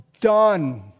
done